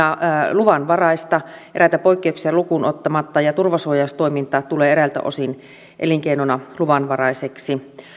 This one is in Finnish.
luvanvaraista eräitä poikkeuksia lukuun ottamatta ja turvasuojaustoiminta tulee eräiltä osin elinkeinona luvanvaraiseksi